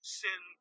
sin